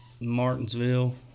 Martinsville